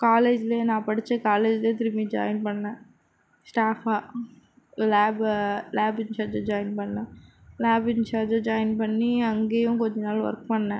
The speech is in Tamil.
காலேஜ்லேயே நான் படித்த காலேஜ்லேயே திரும்பி ஜாயின் பண்ணேன் ஸ்டாஃப்பாக லேபு லேப் இன்சார்ஜாக ஜாயின் பண்ணேன் லேப் இன்சார்ஜாக ஜாயின் பண்ணி அங்கேயும் கொஞ்சம் நாள் வொர்க் பண்ணேன்